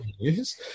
news